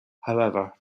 however